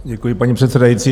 Děkuji, paní předsedající.